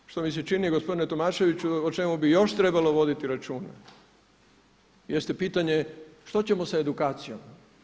Ono što mi se čini gospodine Tomaševiću o čemu bi još trebalo voditi računa jeste pitanje što ćemo sa edukacijom.